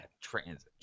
transit